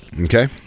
Okay